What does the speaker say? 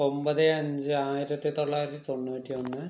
ഒമ്പത് അഞ്ച് ആയിരത്തി തൊള്ളായിരത്തി തൊണ്ണൂറ്റി ഒന്ന്